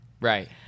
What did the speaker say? Right